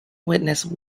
witnessed